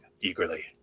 eagerly